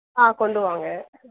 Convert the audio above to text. ஆ கொண்டு வாங்க